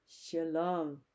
Shalom